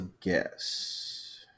guess